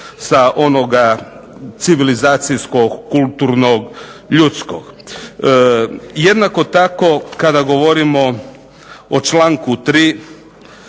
sa onog civilizacijskog, kulturnog ljudskog. Jednako tako kada govorimo o članku 3.